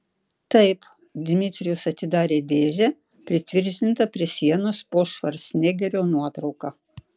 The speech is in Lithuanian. taip dmitrijus atidarė dėžę pritvirtintą prie sienos po švarcnegerio nuotrauka